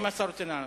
אם השר רוצה לענות.